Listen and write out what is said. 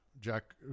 Jack